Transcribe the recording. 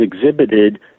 exhibited